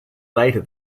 later